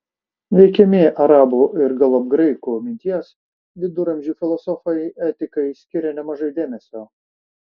veikiami arabų ir galop graikų minties viduramžių filosofai etikai skiria nemaža dėmesio